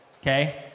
Okay